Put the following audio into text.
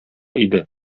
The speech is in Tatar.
иде